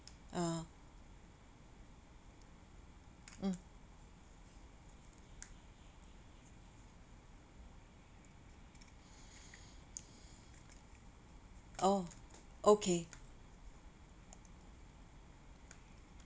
ah mm oh okay